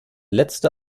letzte